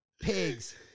pigs